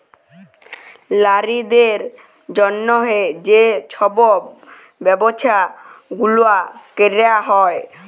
লারিদের জ্যনহে যে ছব ব্যবছা গুলা ক্যরা হ্যয়